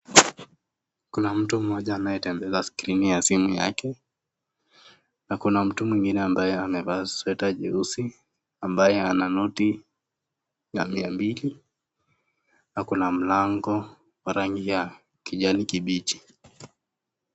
Kuna mtu mmoja anayetembeza skrini ya simu yake . Na Kuna mtu mwingine ambaye amevaa (sweater) jeusi ambaye ana noti ya mia mbili Ako na mlango ya rangi ya kijani kibichi.